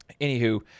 anywho